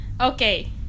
Okay